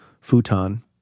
futon